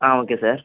ah okay sir